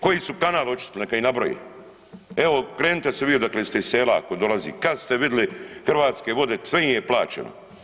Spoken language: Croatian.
Koji su kanal očistili neka ih nabroje, evo krenite se vi odakle ste iz sela ako dolazi, kad ste vidli Hrvatske vode, sve im je plaćeno.